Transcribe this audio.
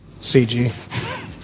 CG